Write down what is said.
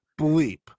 bleep